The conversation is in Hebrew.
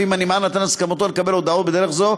אף אם הנמען נתן הסכמתו לקבל הודעות בדרך זו,